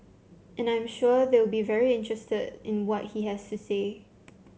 and I'm sure they will be very interested in what he has to say